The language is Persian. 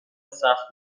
سخت